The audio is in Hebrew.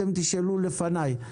אתם תשאלו לפניי.